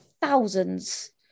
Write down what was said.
thousands